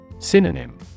Synonym